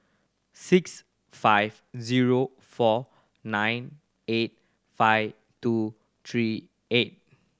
six five zero four nine eight five two three eight